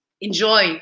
enjoy